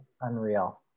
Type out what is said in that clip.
Unreal